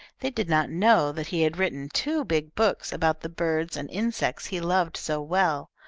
they did not know that he had written two big books about the birds and insects he loved so well,